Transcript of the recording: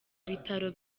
bitaro